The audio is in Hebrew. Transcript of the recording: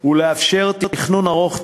ולאפשר תכנון ארוך טווח,